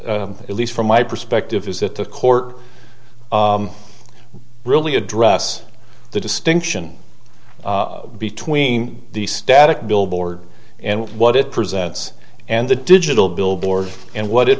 at least from my perspective is that the court really address the distinction between the static billboard and what it presents and the digital billboard and what it